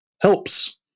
helps